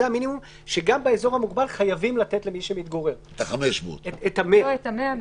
זה המינימום שחייבים לתת למי שמתגורר באזור המוגבל.